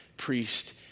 priest